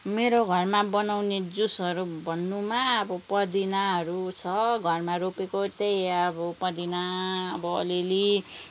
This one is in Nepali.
मेरो घरमा बनाउने जुसहरू भन्नुमा अब पुदिनाहरू छ घरमा रोपेको त्यही अब पुदिना अब अलिअलि